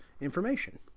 information